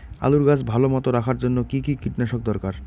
আলুর গাছ ভালো মতো রাখার জন্য কী কী কীটনাশক দরকার?